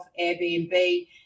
Airbnb